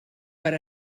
per